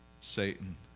Satan